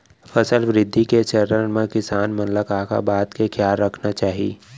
फसल वृद्धि के चरण म किसान मन ला का का बात के खयाल रखना चाही?